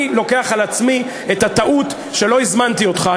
אני לוקח על עצמי את הטעות שלא הזמנתי אותך,